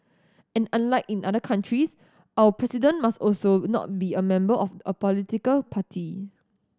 and unlike in other countries our President must also not be a member of a political party